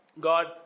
god